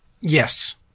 Yes